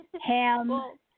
Ham